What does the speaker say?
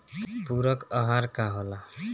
पुरक अहार का होला?